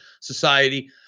society